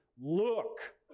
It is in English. Look